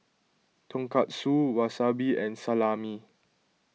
Tonkatsu Wasabi and Salami